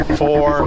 four